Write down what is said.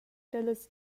dallas